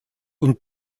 und